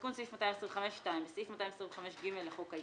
תיקון סעיף 225 2. בסעיף 225(ג) לחוק העיקרי,